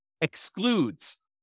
excludes